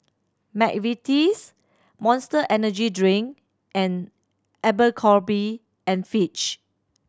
McVitie's Monster Energy Drink and Abercrombie and Fitch